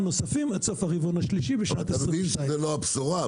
נוספות עד סוף הרבעון השלישי בשנת 2022. אתם יודעים שזו לא הבשורה,